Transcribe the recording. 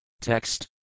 Text